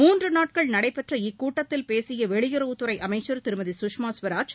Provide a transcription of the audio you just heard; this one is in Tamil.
மூன்று நாட்கள் நடைபெற்ற இக்கூட்டத்தில் பேசிய வெளியுறவுத் துறை அமைச்சா் திருமதி கஷ்மா சுவராஜ்